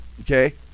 okay